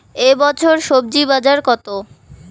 এ বছর স্বজি বাজার কত?